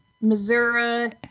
Missouri